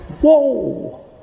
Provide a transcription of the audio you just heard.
Whoa